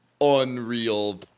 unreal